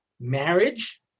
marriage